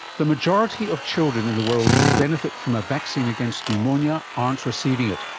the majority of children in the world who would benefit from a vaccine against pneumonia aren't receiving it.